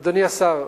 אדוני השר,